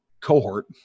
cohort